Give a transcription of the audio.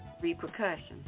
repercussions